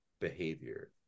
behavior